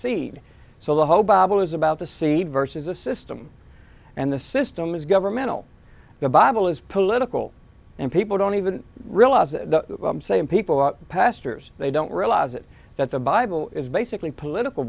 seed so the whole bible is about the seed versus a system and the system is governmental the bible is political and people don't even realize that the same people are pastors they don't realize it that the bible is basically a political